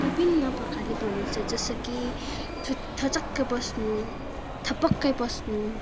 विभिन्न प्रकारले भनिन्छ जस्तै कि थु थचक्कै बस्नु थपक्कै बस्नु